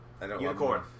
Unicorn